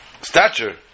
stature